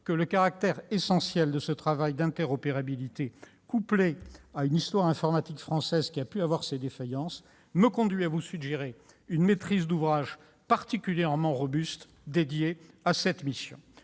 mais le caractère essentiel de ce travail d'interopérabilité, couplé à une histoire informatique française qui a pu avoir ses défaillances, me conduit à vous suggérer une maîtrise d'ouvrage particulièrement robuste dédiée à cette mission